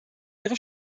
ihre